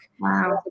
Wow